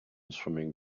swimming